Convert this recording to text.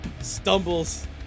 stumbles